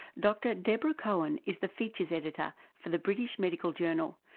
dr deborah cohen is the features editor for the british medical journal,